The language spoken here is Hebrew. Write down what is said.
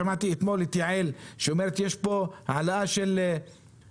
שמעתי אתמול את יעל שאומרת שיש פה העלאת מחירים בפריפריה,